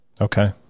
Okay